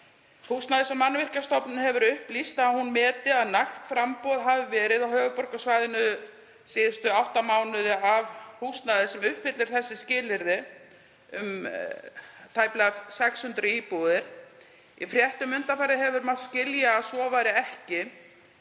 Húsnæðis- og mannvirkjastofnun hefur upplýst að hún meti að nægt framboð hafi verið á höfuðborgarsvæðinu síðustu átta mánuði af húsnæði sem uppfyllir þessi skilyrði, um tæplega 600 íbúðir. Í fréttum undanfarið hefur mátt skilja að svo væri ekki.